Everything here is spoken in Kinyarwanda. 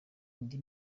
indi